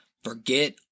Forget